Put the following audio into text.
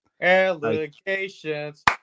Allegations